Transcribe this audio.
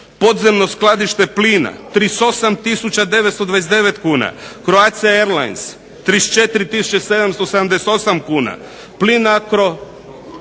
podzemno skladište plina 38929 kuna, Croatia airlines 34778 kuna, Plinacro